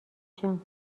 بچم